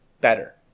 better